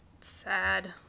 Sad